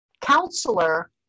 counselor